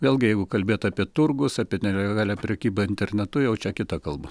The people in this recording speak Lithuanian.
vėlgi jeigu kalbėt apie turgus apie nelegalią prekybą internetu jau čia kita kalba